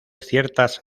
ciertas